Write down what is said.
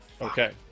Okay